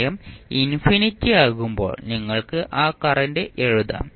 സമയം ഇൻഫിനിറ്റി ആകുമ്പോൾ നിങ്ങൾക്ക് ആ കറന്റ് എഴുതാം